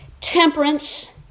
temperance